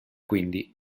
quindi